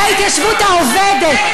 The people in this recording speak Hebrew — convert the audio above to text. וההתיישבות העובדת,